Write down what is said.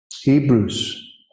Hebrews